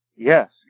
Yes